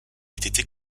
été